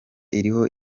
iriho